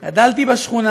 אני גדלתי בשכונה